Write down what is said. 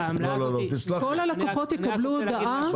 כל הלקוחות יקבלו הודעה כל חודש עם העמלות.